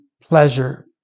pleasure